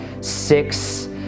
six